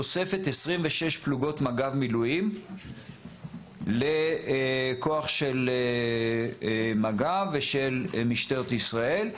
תוספת 26 פלוגות מג"ב מילואים לכוח של מג"ב ושל משטרת ישראל,